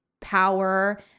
power